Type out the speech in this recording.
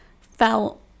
felt